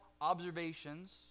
observations